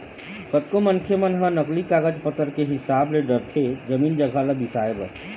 कतको मनखे मन ह नकली कागज पतर के हिसाब ले डरथे जमीन जघा ल बिसाए बर